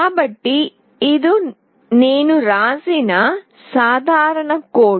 కాబట్టి ఇది నేను వ్రాసిన సాధారణ కోడ్